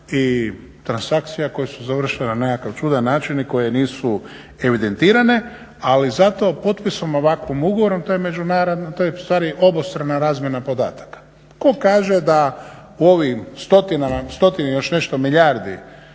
i transakcija koje su završile na nekakav čudan način i koje nisu evidentirane, ali zato potpisom ovakvim ugovorom to je obostrana razmjena podataka. Ko kaže da ovim stotini i još nešto milijardi,